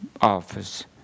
office